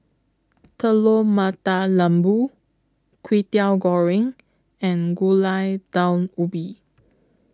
Telur Mata Lembu Kwetiau Goreng and Gulai Daun Ubi